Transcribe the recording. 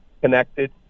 connected